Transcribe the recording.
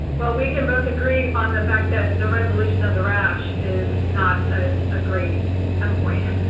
well, we can both agree on the fact that the resolution of the rash is not a ah great endpoint.